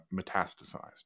metastasized